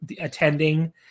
attending